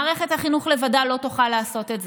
מערכת החינוך לבדה לא תוכל לעשות את זה.